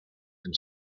and